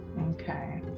Okay